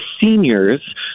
seniors